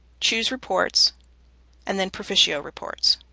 choose reports and then proficio reports.